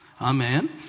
Amen